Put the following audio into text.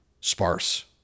Sparse